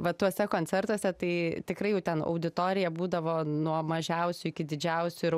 va tuose koncertuose tai tikrai jau ten auditorija būdavo nuo mažiausių iki didžiausių ir